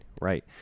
right